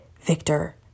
victor